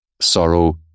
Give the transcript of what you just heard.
sorrow